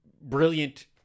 brilliant